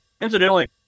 Incidentally